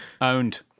owned